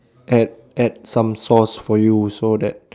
add add some sauce for you so that